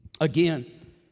again